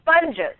sponges